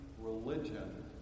religion